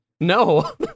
No